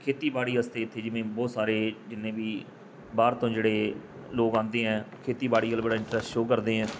ਖੇਤੀਬਾੜੀ ਵਾਸਤੇ ਇੱਥੇ ਜਿਵੇਂ ਬਹੁਤ ਸਾਰੇ ਜਿੰਨੇ ਵੀ ਬਾਹਰ ਤੋਂ ਜਿਹੜੇ ਲੋਕ ਆਉਂਦੇ ਆ ਖੇਤੀਬਾੜੀ ਵੱਲ ਬੜਾ ਇੰਟਰਸਟ ਸ਼ੋ ਕਰਦੇ ਹਾਂ